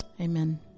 Amen